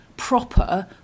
Proper